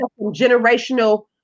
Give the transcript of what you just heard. generational